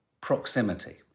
proximity